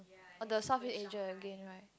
oh the Southeast Asia again right